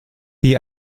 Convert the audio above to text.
die